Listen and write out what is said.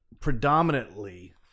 predominantly